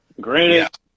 Granted